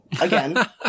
again